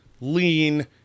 lean